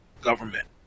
government